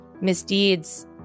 misdeeds